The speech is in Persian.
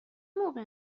موقع